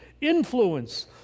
influence